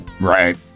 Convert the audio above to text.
Right